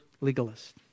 legalist